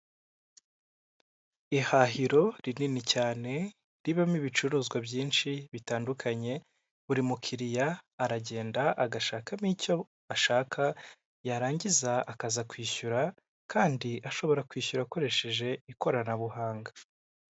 Ihahiro rinini cyane ribamo ibicuruzwa byinshi bitandukanye, buri mukiriya aragenda agashakamo icyo ashaka yarangiza akaza kwishyura kandi ashobora kwishyura akoresheje ikoranabuhanga.